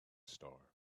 star